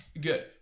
Good